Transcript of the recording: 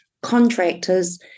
Contractors